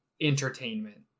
entertainment